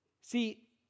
See